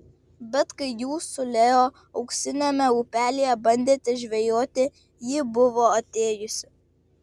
bet kai jūs su leo auksiniame upelyje bandėte žvejoti ji buvo atėjusi